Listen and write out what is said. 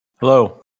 Hello